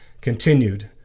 continued